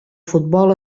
futbol